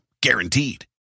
Guaranteed